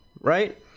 right